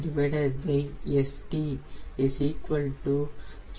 7 0